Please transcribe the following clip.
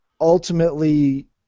ultimately